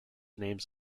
names